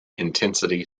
intensity